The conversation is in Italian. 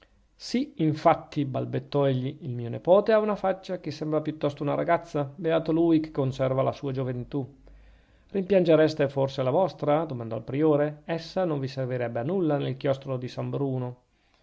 sì infatti balbettò egli il mio nepote ha una faccia che sembra piuttosto una ragazza beato lui che conserva la sua gioventù rimpiangereste forse la vostra domandò il priore essa non vi servirebbe a nulla nel chiostro di san bruno